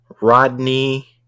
Rodney